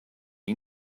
you